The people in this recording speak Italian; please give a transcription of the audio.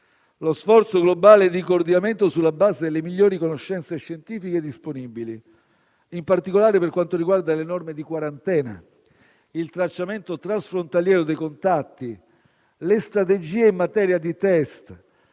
lo sforzo globale di coordinamento sulla base delle migliori conoscenze scientifiche disponibili, in particolare per quanto riguarda le norme di quarantena, il tracciamento transfrontaliero dei contatti, le strategie in materia di test,